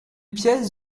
pièce